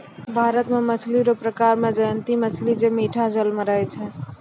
भारत मे मछली रो प्रकार मे जयंती मछली जे मीठा जल मे रहै छै